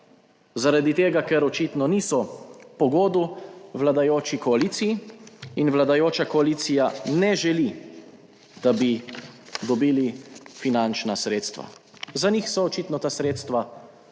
zaradi tega, ker očitno niso po godu vladajoči koaliciji in vladajoča koalicija ne želi, da bi dobili finančna sredstva. Za njih so očitno ta sredstva dovolj,